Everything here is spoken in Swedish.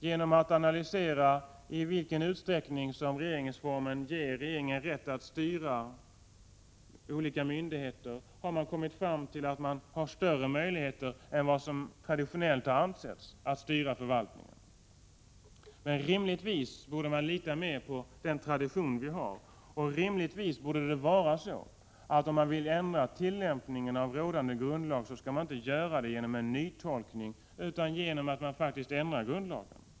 Genom att analysera i vilken utsträckning regeringsformen ger regeringen rätt att styra olika myndigheter har man kommit fram till att man har större möjlighet än vad som traditionellt har ansetts att styra förvaltningen. Rimligtvis borde man mera lita på den tradition som vi har. Rimligtvis borde det vara så att om man vill ändra tillämpningen av rådande grundlag skall man inte göra detta genom en ny tolkning utan genom att man faktiskt ändrar grundlagen.